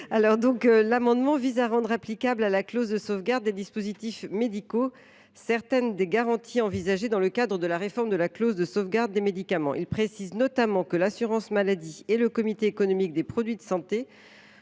amendement vise à rendre applicables à la clause de sauvegarde des dispositifs médicaux certaines des garanties envisagées dans le cadre de la réforme de la clause de sauvegarde des médicaments. Il tend notamment à préciser que l’assurance maladie et le CEPS doivent transmettre